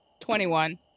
21